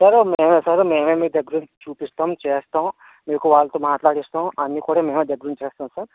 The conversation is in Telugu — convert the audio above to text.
సార్ మేమే సార్ మేమే మీ దగ్గరుండి చూపిస్తాం చేస్తాం మీకు వాళ్ళతో మాట్లాడిస్తాం అన్ని కూడా మేమే దగ్గరుండి చేస్తాం సార్